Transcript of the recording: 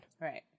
right